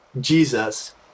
Jesus